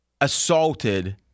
Assaulted